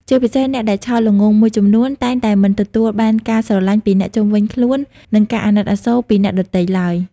ជាពិសេសអ្នកដែលឆោតល្ងង់មួយចំនួន តែងតែមិនទទួលបានការស្រឡាញ់ពីអ្នកជុំវិញខ្លួន និងការអាណិតអាសូរពីអ្នកដទៃទ្បើយ។